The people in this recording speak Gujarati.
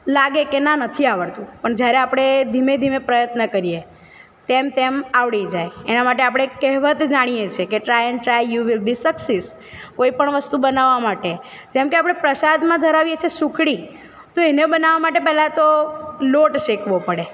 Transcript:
લાગે કે ના નથી આવડતું પણ જ્યારે આપણે ધીમે ધીમે પ્રયત્ન કરીએ તેમ તેમ આવડી જાય એનાં માટે આપણે એક કહેવત જાણીએ છે કે try and try you will be success કોઈ પણ વસ્તુ બનાવવાં માટે જેમ કે આપણે પ્રસાદમાં ધરાવીએ છીએ સુખડી તો એને બનાવવાં માટે પહેલાં તો લોટ શેકવો પડે